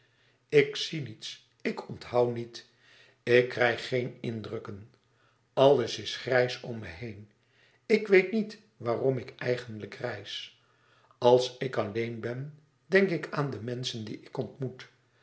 ik zie niets ik onthoû niet ik krijg geen indrukken alles is grijs om me heen ik weet niet waarom ik eigenlijk reis als ik alleen ben denk ik aan de menschen die ik ontmoet